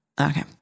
Okay